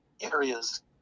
areas